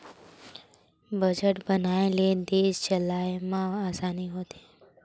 budget बनाए ले देस ल चलाए म असानी होथे